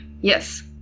yes